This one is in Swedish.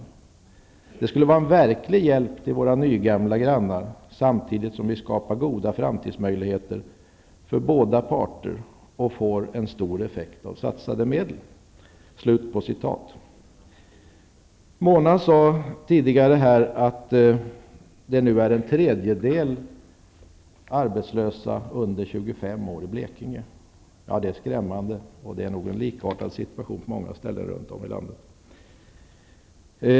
Detta skulle vara en verklig hjälp till våra nygamla grannar samtidigt som vi skapar goda framtidsmöjligheter för båda parter och får en stor effekt av satsade medel.'' Mona Sahlin sade tidigare att en tredjedel av ungdomarna under 25 år är arbetslösa i Blekinge. Det är skrämmande, och det är nog en likartad situation på många ställen runt om i landet.